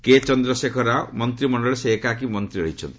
କେ ଚନ୍ଦ୍ରଶେଖର ରାଓ ମନ୍ତ୍ରିମଣ୍ଡଳରେ ସେ ଏକାକୀ ମନ୍ତ୍ରୀ ରହିଛନ୍ତି